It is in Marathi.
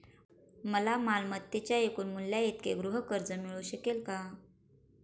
मला मालमत्तेच्या एकूण मूल्याइतके गृहकर्ज मिळू शकेल का?